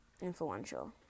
influential